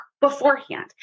beforehand